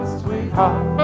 sweetheart